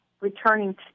returning